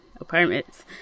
apartments